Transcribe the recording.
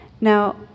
Now